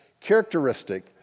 characteristic